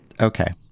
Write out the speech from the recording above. Okay